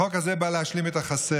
החוק הזה בא להשלים את החסר,